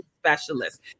specialist